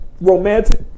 romantic